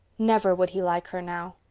never would he like her now.